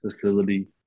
facility